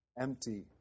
empty